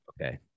okay